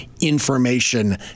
information